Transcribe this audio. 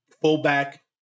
fullback